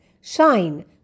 shine